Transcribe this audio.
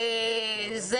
זה